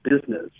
business